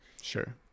Sure